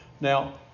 Now